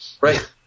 Right